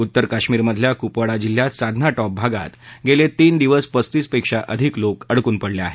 उत्तर कश्मीरमधल्या कुपवाडा जिल्ह्यात साधना टॉप भागात गेली तीन दिवस पस्तीस पेक्षा अधिक लोक अडकून पडले आहेत